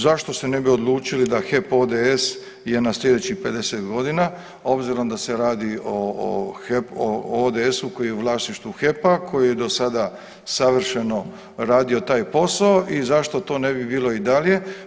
Zašto se ne bi odlučili da HEP ODS je na sljedećih 50 godina, obzirom da se radi o ODS-u koji je u vlasništvu HEP-a koji je do sada savršeno radio taj posao i zašto to ne bi bilo i dalje?